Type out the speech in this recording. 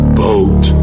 boat